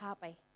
happy